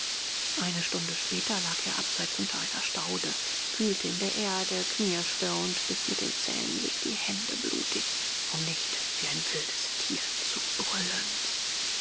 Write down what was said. eine stunde später lag er abseits unter einer staude wühlte in der erde knirschte und biß mit den zähnen sich die hände blutig um nicht wie ein wildes tier zu brüllen